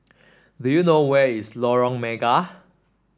do you know where is Lorong Mega